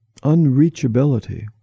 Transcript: unreachability